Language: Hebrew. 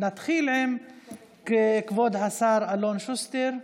נתחיל עם כבוד השר אלון שוסטר,